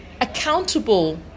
accountable